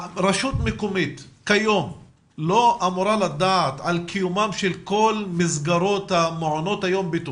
רשות מקומית כיום לא אמורה לדעת על קיומם של כל מסגרות המעונות אצלה?